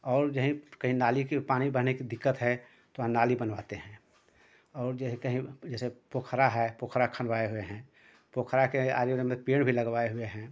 और जो है कहीं नाली की पानी बहने की दिक्कत है तो वहाँ नाली बनवाते हें और जे हैं कहीं जैसे पोखरा है पोखरा खनवाए हुए हैं पोखरा के आगे में हम लोग पेड़ भी लगवाए हुए हें